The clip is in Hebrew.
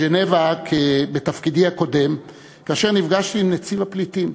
הייתי בז'נבה בתפקידי הקודם ונפגשתי עם נציב הפליטים,